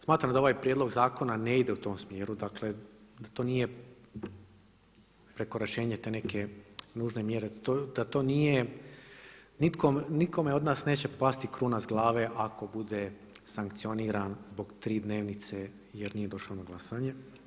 Smatram da ovaj prijedlog zakona ne ide u tom smjeru, dakle da to nije prekoračenje te neke nužne mjere, da to nije, nikome od nas neće pasti kruna s glave ako bude sankcioniran zbog tri dnevnice jer nije došao na glasanje.